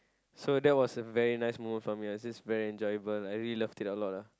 so that was a very nice moment for me it was just very enjoyable I really loved it a lot lah